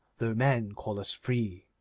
though men call us free